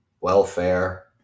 welfare